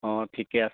অঁ ঠিকে আছে